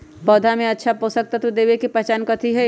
पौधा में अच्छा पोषक तत्व देवे के पहचान कथी हई?